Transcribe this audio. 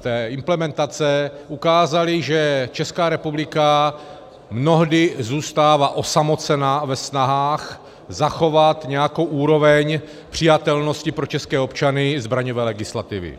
té implementace ukázaly, že Česká republika mnohdy zůstává osamocena ve snahách zachovat nějakou úroveň přijatelnosti pro české občany zbraňové legislativy.